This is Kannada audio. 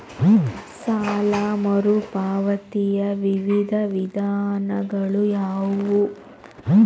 ಸಾಲ ಮರುಪಾವತಿಯ ವಿವಿಧ ವಿಧಾನಗಳು ಯಾವುವು?